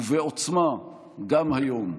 ובעוצמה, גם היום.